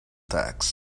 text